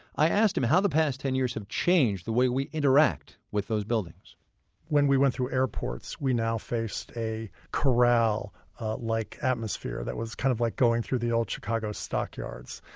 i asked him how the past ten years have changed the way we interact with those buildings when we went through airports, we now face a corral-like like atmosphere, that was kind of like going through the old chicago stockyards.